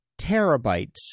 terabytes